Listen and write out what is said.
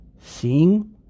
seeing